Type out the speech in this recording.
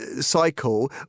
cycle